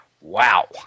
Wow